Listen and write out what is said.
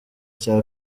cya